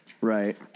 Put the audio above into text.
Right